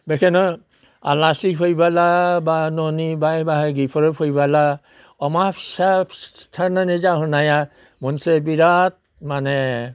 बेखायनो आलासि फैब्ला बा न'नि बाय बाहागिफोरा फैब्ला अमा फिसा सिथारनानै जाहोनाया मोनसे बिराद माने